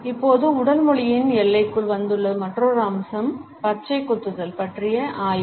இப்போது உடல் மொழியின் எல்லைக்குள் வந்துள்ள மற்றொரு அம்சம் பச்சை குத்துதல் பற்றிய ஆய்வு